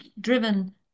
driven